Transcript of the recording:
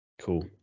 Cool